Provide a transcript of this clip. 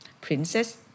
Princess